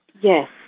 Yes